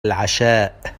العشاء